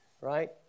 Right